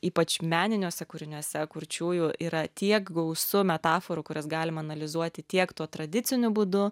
ypač meniniuose kūriniuose kurčiųjų yra tiek gausu metaforų kurias galima analizuoti tiek tuo tradiciniu būdu